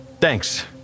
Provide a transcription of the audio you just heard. Thanks